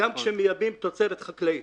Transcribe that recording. גם שכמייבאים תוצרת חקלאית